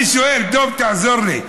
אני שואל, דב, תעזור לי,